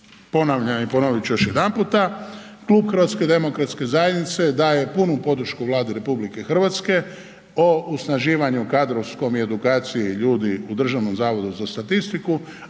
ponavljam i ponovit ću još jedanputa Klub HDZ-a daje punu podršku Vladi RH o usnaživanju kadrovskom i edukaciji ljudi u Državnom zavodu za statistiku,